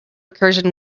recursion